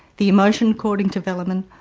the emotion, according to velemen,